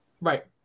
Right